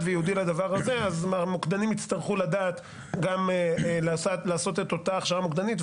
וייעודי לדבר הזה המוקדנים יצטרכו לעשות את אותה הכשרה מוקדנית.